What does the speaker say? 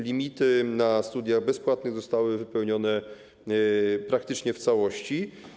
Limity na studiach bezpłatnych zostały wypełnione praktycznie w całości.